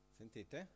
sentite